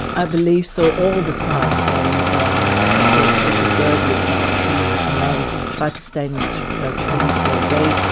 i believe so, all the time, and um he says, look, a bird lives up a tree, if a man tried to stay in this tree for a day,